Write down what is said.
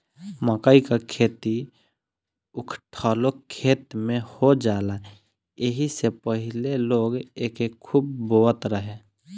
मकई कअ खेती उखठलो खेत में हो जाला एही से पहिले लोग एके खूब बोअत रहे